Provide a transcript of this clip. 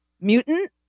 Mutant